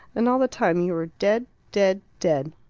and all the time you are dead dead dead.